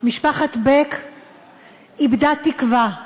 משפחת בק איבדה תקווה,